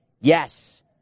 Yes